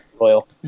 royal